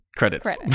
credits